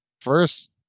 first